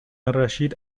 الرشید